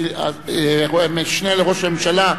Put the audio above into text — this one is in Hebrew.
המשנה לראש הממשלה,